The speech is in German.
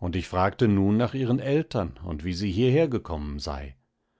und ich fragte nun nach ihren eltern und wie sie hierhergekommen sei